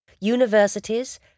Universities